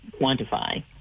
quantify